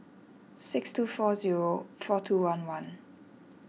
six two four zero four two one one